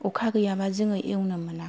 अखा गैयाबा जोङो एवनो मोना